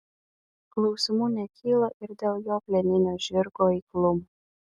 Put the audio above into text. klausimų nekyla ir dėl jo plieninio žirgo eiklumo